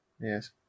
Yes